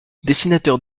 dessinateur